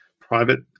private